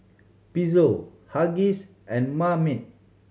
Pezzo Huggies and Marmite